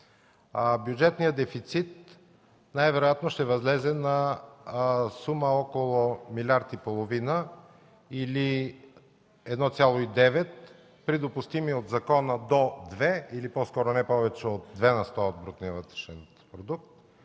бюджетният дефицит най-вероятно ще възлезе на сума около 1,5 милиарда, или 1,9 при допустими от закона до 2, или по-скоро не повече от 2 на сто от брутния вътрешен продукт.